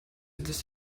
this